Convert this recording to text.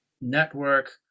network